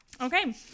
okay